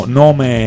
nome